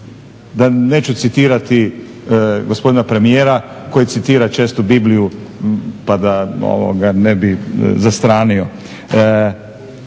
Neću citirati gospodina premijera koji citira često Bibliju pa da ne bih zastranio.